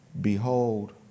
Behold